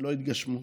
שלא התגשמו.